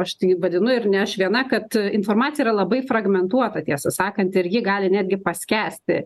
aš tai vadinu ir ne aš viena kad informacija yra labai fragmentuota tiesą sakant ir ji gali netgi paskęsti